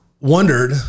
wondered